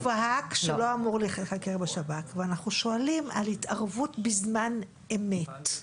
אנחנו שואלים על התערבות בזמן אמת,